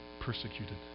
persecuted